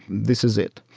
this is it.